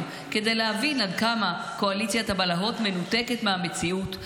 כדי להבין עד כמה קואליציית הבלהות מנותקת מהמציאות,